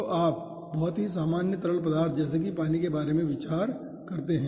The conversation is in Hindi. तो अगर आप बहुत ही सामान्य तरल पदार्थ जैसे की पानी के बारे में विचार करते हैं